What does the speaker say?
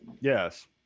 Yes